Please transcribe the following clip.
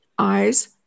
eyes